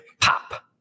Pop